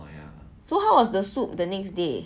so how was the soup the next day